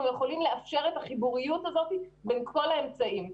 אנחנו יכולים לאפשר את החיבוריות הזאת בין כל האמצעים.